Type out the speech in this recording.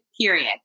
period